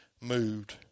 moved